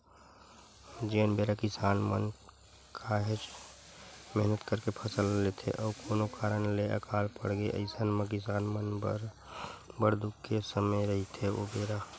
जेन बेरा किसान मन काहेच मेहनत करके फसल ल लेथे अउ कोनो कारन ले अकाल पड़गे अइसन म किसान मन बर बड़ दुख के समे रहिथे ओ बेरा